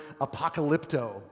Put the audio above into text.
apocalypto